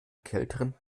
kälteren